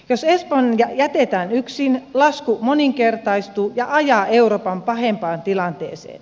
jos espanja jätetään yksin lasku moninkertaistuu ja ajaa euroopan pahempaan tilanteeseen